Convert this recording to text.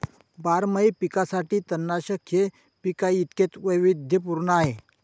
बारमाही पिकांसाठी तणनाशक हे पिकांइतकेच वैविध्यपूर्ण आहे